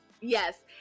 Yes